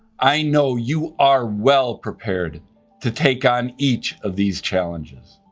i know you are well-prepared to take on each of these challenges.